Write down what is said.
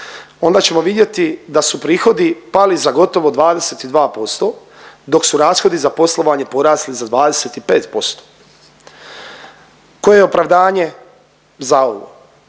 onda ćemo vidjeti da su prihodi pali za gotovo 22%, dok su rashodi za poslovanje porasli za 25%. Koje je opravdanje za ovo?